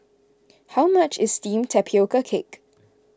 how much is Steamed Tapioca Cake